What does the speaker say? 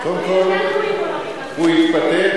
הוא התפטר